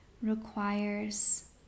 requires